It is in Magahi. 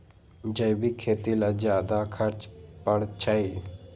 जैविक खेती ला ज्यादा खर्च पड़छई?